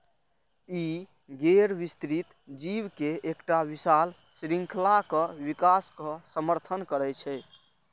ई गैर विस्तृत जीव के एकटा विशाल शृंखलाक विकासक समर्थन करै छै